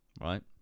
Right